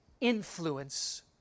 influence